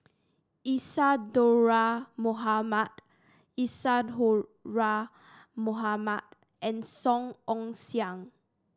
Isadhora Mohamed Isadhora Mohamed and Song Ong Siang